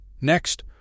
Next